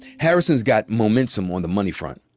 harrison's got momentum on the money front.